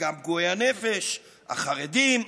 גם פגועי הנפש, החרדים,